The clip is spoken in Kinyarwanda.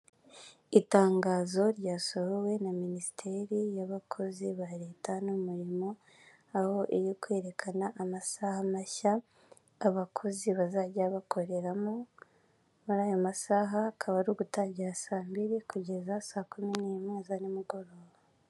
Itangazo ryasohowe na minisiteri y'abakozi ba Leta n'umurimo aho irikwerekana amasaha mashya abakozi bazajya bakoreramo, muri ayo masaha akaba ari ugutangira saa mbili kugeza saa kumi n'imwe za nimigoroba.